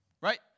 right